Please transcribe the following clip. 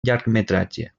llargmetratge